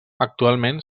actualment